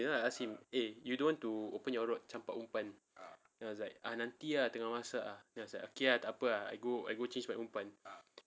then I ask him eh you don't want to open your rod campak umpan then he was like nanti ah tengok then I was like okay lah tak apa ah I go I go change my umpan